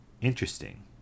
Interesting